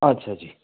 ਅੱਛਾ ਜੀ